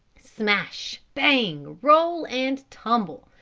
smash, bang, roll and tumble!